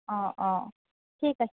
অঁ অঁ ঠিক আছে